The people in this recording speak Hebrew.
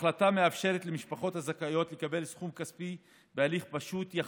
ההחלטה מאפשרת למשפחות הזכאיות לקבל סכום כספי בהליך פשוט יחסית,